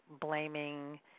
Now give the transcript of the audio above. blaming